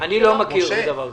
--- אני לא מכיר דבר כזה.